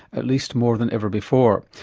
at least more than ever before.